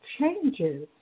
changes